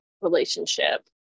relationship